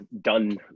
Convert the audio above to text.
done